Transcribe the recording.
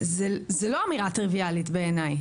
זה לא אמירה טריוויאלית בעיניי.